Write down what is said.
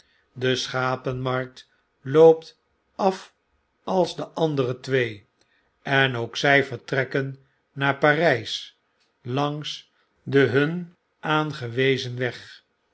de schapenmarkt loopt af als de andere twee en ook zjj vertrekken naar parijs langs den hun aangewezen weg